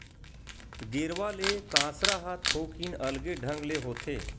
गेरवा ले कांसरा ह थोकिन अलगे ढंग ले होथे